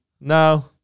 no